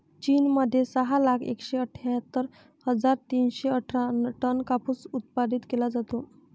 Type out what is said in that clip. चीन मध्ये सहा लाख एकशे अठ्ठ्यातर हजार तीनशे अठरा टन कापूस उत्पादित केला जातो